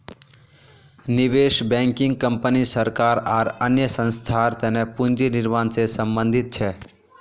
निवेश banking company सरकार आर अन्य संस्थार तने पूंजी निर्माण से संबंधित छे